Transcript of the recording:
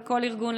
בכל ארגון,